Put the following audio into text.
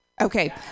Okay